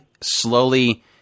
slowly